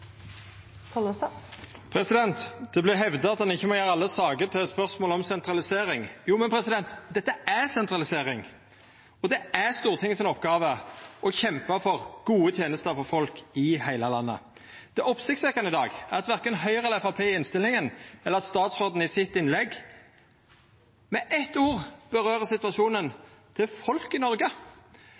håper det blir stoppet her i salen. Det vart hevda at ein ikkje må gjera alle saker til spørsmål om sentralisering. Men dette er sentralisering. Det er Stortinget si oppgåve å kjempa for gode tenester for folk i heile landet. Det oppsiktsvekkjande er at korkje Høgre eller Framstegspartiet i innstillinga, eller statsråden i innlegget sitt, med eitt ord omtalar situasjonen til folk i Noreg.